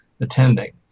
attending